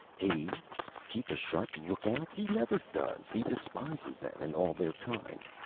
he keep a sharp lookout! he never does he despises them, and all their kind.